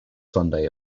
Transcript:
sunday